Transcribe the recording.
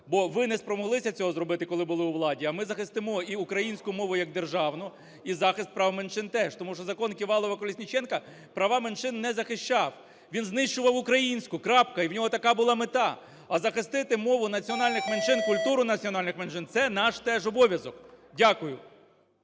Бо ви не спромоглися цього зробити, коли були у владі, а ми захистимо і українську мову як державну, і захист прав меншин теж. Тому що "ЗаконКівалова-Колесніченка" права меншин не захищав, він знищував українську. Крапка. І в нього така була мета. А захистити мову національних меншин, культуру національним меншин – це наш теж обов'язок. Дякую.